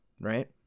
right